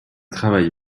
travail